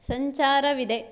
ಸಂಚಾರವಿದೆ